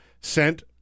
sent